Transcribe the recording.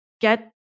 get